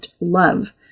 love